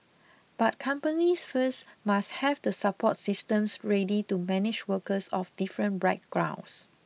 but companies first must have the support systems ready to manage workers of different backgrounds